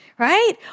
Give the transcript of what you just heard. right